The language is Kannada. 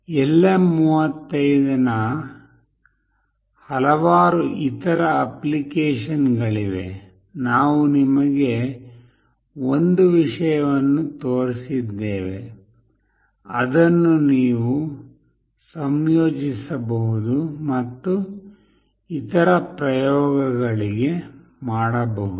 LM35 ನ ಹಲವಾರು ಇತರ ಅಪ್ಲಿಕೇಶನ್ಗಳಿವೆ ನಾವು ನಿಮಗೆ ಒಂದು ವಿಷಯವನ್ನು ತೋರಿಸಿದ್ದೇವೆ ಅದನ್ನು ನೀವು ಸಂಯೋಜಿಸಬಹುದು ಮತ್ತು ಇತರ ಪ್ರಯೋಗಗಳಿಗೆ ಮಾಡಬಹುದು